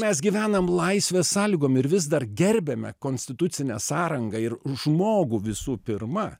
mes gyvenam laisvės sąlygom ir vis dar gerbiame konstitucinę sąrangą ir žmogų visų pirma